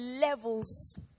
levels